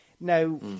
Now